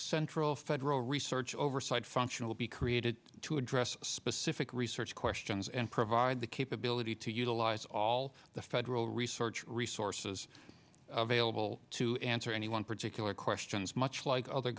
central federal research oversight function will be created to address specific research questions and provide the capability to utilize all the federal research resources available to answer any one particular questions much like other